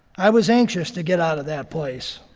i was anxious to get out of that place.